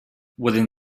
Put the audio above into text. within